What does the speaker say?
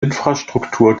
infrastruktur